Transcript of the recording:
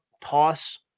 toss